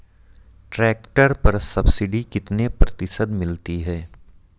Tractor पर subsidy कितने प्रतिशत मिलती है?